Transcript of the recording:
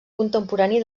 contemporani